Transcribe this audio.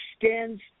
extends